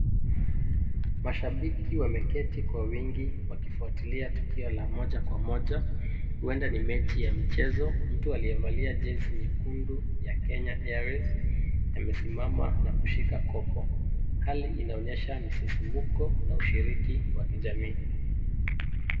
Mashabiki wameketi kwa wingi wakifuatilia tukio la moja kwa moja, huenda ni mechi ya michezo, mtu aliyevalia jezi nyekundu ya Kenya Airways amesimama na kushika kopo, hali inaonyesha misisimko na ushiriki wa kijamii.